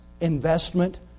investment